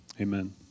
Amen